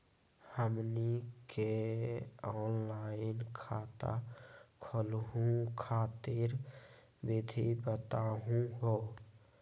हमनी के ऑनलाइन खाता खोलहु खातिर विधि बताहु हो?